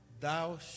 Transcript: thou